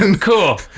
cool